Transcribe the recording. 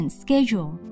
schedule